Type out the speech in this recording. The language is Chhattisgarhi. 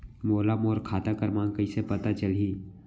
मोला मोर खाता क्रमाँक कइसे पता चलही?